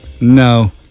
no